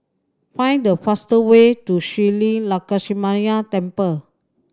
find the fastest way to Shree Lakshminarayanan Temple